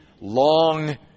long